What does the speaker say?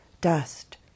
dust